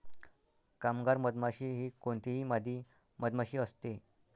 कामगार मधमाशी ही कोणतीही मादी मधमाशी असते